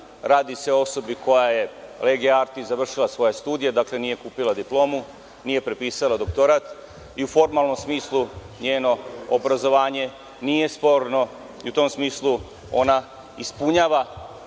radi se o osobi koja je legi artis završila svoje studije, dakle, nije kupila diplomu, nije prepisala doktorat i u formalnom smislu, njeno obrazovanje nije sporno i u tom smislu ona ispunjava